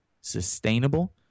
sustainable